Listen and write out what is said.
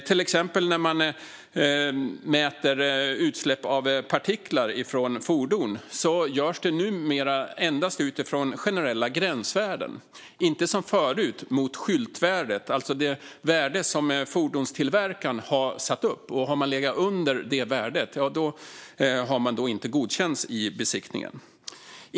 Till exempel mäts utsläpp av partiklar från fordon numera endast utifrån generella gränsvärden, inte som förut mot skyltvärdet, det vill säga det värde som fordonstillverkaren satt upp. Har man legat under det värdet har man inte godkänts i besiktningen.